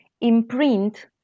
imprint